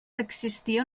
existia